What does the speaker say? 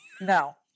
No